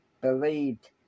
believed